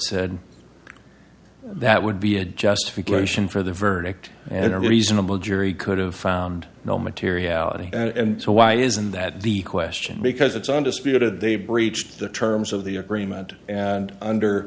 said that would be a just for closure and for the verdict and a reasonable jury could have found no materiality and so why isn't that the question because it's undisputed they breached the terms of the agreement and under